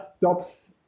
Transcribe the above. stops